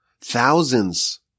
Thousands